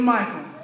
Michael